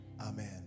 Amen